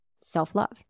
self-love